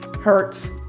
hurts